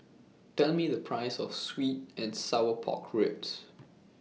Tell Me The Price of Sweet and Sour Pork Ribs